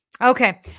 okay